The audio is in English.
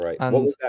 Right